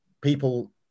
people